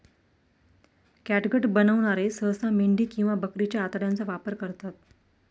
catgut बनवणारे सहसा मेंढी किंवा बकरीच्या आतड्यांचा वापर करतात